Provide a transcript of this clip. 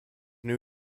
new